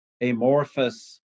amorphous